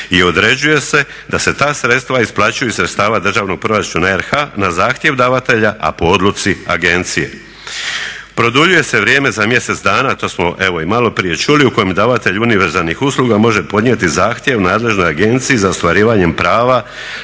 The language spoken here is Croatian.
i određuje se da se ta sredstva isplaćuju iz sredstava državnog proračuna RH na zahtjev davatelja, a po odluci agencije. Produljuje se vrijeme za mjesec dana, to smo evo i maloprije čuli, u kojem davatelj univerzalnih usluga može podnijeti zahtjev nadležnoj agenciji za ostvarivanjem prava